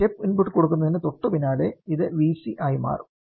step input കൊടുക്കുന്നതിനു തൊട്ടുപിന്നാലെ ഇത് Vc ആയി മാറും